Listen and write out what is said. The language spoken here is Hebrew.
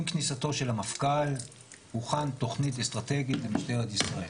עם כניסתו של המפכ"ל הוכנה תכנית אסטרטגית למשטרת ישראל.